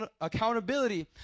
accountability